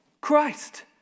Christ